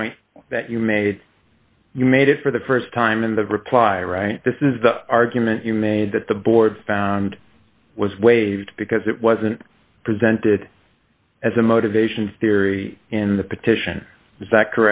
point that you made you made it for the st time in the reply right this is the argument you made that the board found was waived because it wasn't presented as a motivation theory in the petition is that